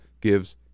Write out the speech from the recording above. gives